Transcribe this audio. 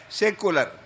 secular